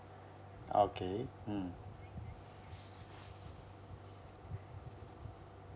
okay mm